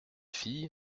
fille